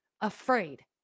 afraid